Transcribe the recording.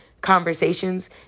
conversations